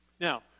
Now